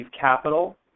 Capital